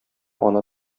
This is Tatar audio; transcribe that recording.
ана